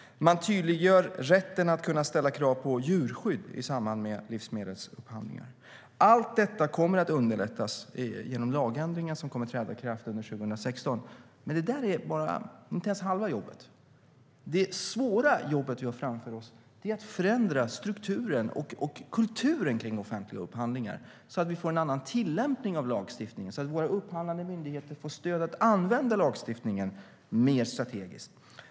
Man tydliggör rätten att kunna ställa krav på djurskydd i samband med livsmedelsupphandlingar. Allt detta kommer att underlättas genom lagändringen som kommer att träda i kraft under 2016. Men det är inte ens halva jobbet. Det svåra jobbet vi har framför oss är att förändra strukturen och kulturen kring offentliga upphandlingar så att vi får en annan tillämpning av lagstiftningen så att våra upphandlande myndigheter får stöd att använda lagstiftningen mer strategiskt.